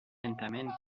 lentamente